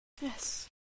Yes